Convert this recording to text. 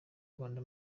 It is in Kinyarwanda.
rwanda